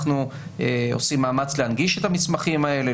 אנחנו עושים מאמץ להנגיש את המסמכים האלה,